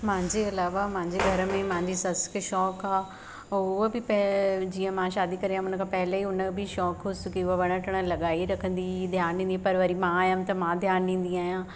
मुंहिजे इलावा मुंहिंजे घर में मुंहिंजी सस खे शौक़ु आहे ऐं उहा बि पै जीअं मां शादी करे आयमि उन खां पहिले ई हुन जो बि शौक़ु हुअसि की उहो वण टिण लॻाई रखंदी ध्यानु ॾींदी पर वरी मां आयमि त मां ध्यानु ॾींदी आहियां